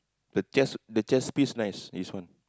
the chest the chest piece nice his one